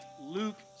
Luke